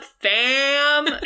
fam